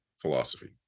philosophy